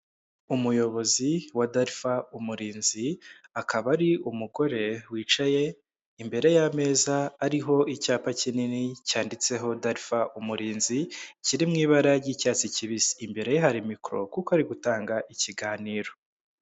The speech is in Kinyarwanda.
Umuyobozi wa Dalfa umurinzi, akaba ari umugore wicaye imbere y'ameza ariho icyapa kinini cyanditseho Dalfa umurinzi, kiri mu ibara ry'icyatsi kibisi, imbere ye hari mikoro kuko ari gutanga ikiganiro.